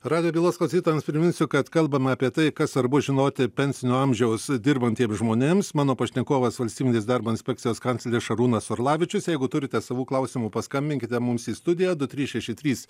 radijo bylos klausytojams priminsiu kad kalbame apie tai kas svarbu žinoti pensinio amžiaus dirbantiems žmonėms mano pašnekovas valstybinės darbo inspekcijos kancleris šarūnas orlavičius jeigu turite savų klausimų paskambinkite mums į studiją du trys šeši trys